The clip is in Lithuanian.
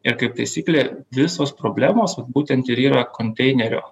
ir kaip taisyklė visos problemos vat būtent ir yra konteinerio